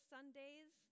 Sundays